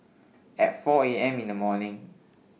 At four A M in The morning